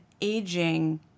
aging